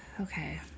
Okay